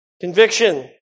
Conviction